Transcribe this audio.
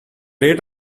rate